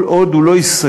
כל עוד הוא לא נסגר,